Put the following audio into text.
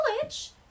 college